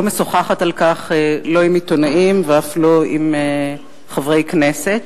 משוחחת על כך לא עם עיתונאים ואף לא עם חברי כנסת.